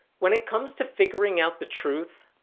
when it comes to figuring out the truth,